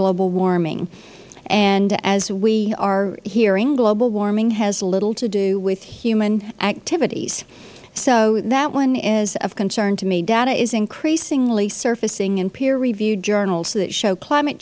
global warming and as we are hearing global warming has little to do with human activities so that one is of concern to me data is increasingly surfacing in peer reviewed journals that show climate